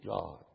God